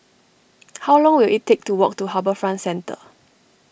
how long will it take to walk to HarbourFront Centre